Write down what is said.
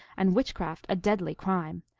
and witchcraft a deadly crime,